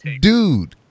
Dude